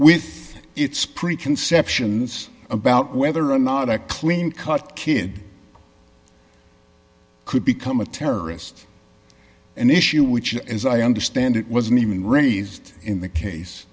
with its preconceptions about whether or not a clean cut kid could become a terrorist an issue which as i understand it wasn't even raised in the case